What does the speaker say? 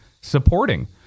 supporting